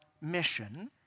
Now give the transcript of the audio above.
mission